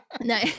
no